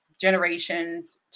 generations